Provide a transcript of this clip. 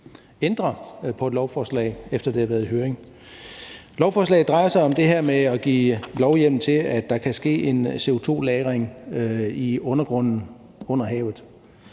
ændrer på et lovforslag, efter at det har været i høring. Lovforslaget drejer sig om det her med at give lovhjemmel til, at der kan ske en CO2-lagring i undergrunden under havet.